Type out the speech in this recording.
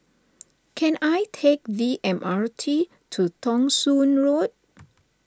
can I take the M R T to Thong Soon Road